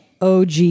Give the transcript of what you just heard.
OG